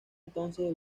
entonces